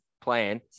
playing